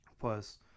Plus